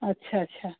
अच्छा अच्छा